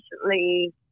recently